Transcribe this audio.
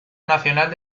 nacional